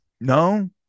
no